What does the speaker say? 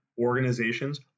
organizations